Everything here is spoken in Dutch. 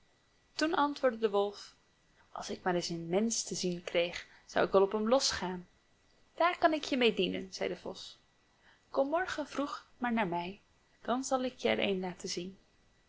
toen antwoordde de wolf als ik maar eens een mensch te zien kreeg zou ik wel op hem los gaan daar kan ik je mee dienen zei de vos kom morgen vroeg maar bij mij dan zal ik je er een laten zien